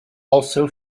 also